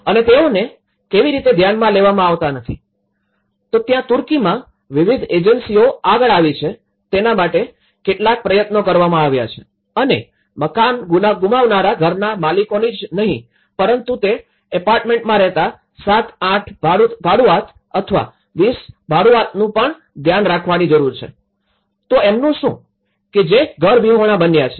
અને તેઓને કેવી રીતે ધ્યાનમાં લેવામાં આવતા નથી તો ત્યાં તુર્કીમાં વિવિધ એજન્સીઓ આગળ આવી છે તેના માટે કેટલાક પ્રયત્નો કરવામાં આવ્યા છે અને મકાન ગુમાવનારા ઘરના માલિકોની જ નહીં પરંતુ તે એપાર્ટમેન્ટમાં રહેતા ૭ ૮ ભાડુઆત અથવા ૨૦ ભાડુઆતનું પણ ધ્યાન રાખવાની જરૂર છે તો એમનું શું કે જે ઘર વિહોણા બન્યા છે